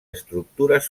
estructures